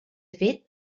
fet